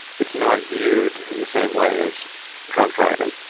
it's not viewed in the same way as drunk driving.